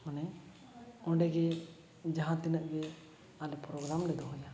ᱢᱟᱱᱮ ᱚᱸᱰᱮᱜᱮ ᱡᱟᱦᱟᱸ ᱛᱤᱱᱟᱹᱜ ᱜᱮ ᱟᱞᱮ ᱯᱨᱳᱜᱨᱟᱢ ᱞᱮ ᱫᱚᱦᱚᱭᱟ